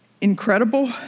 Incredible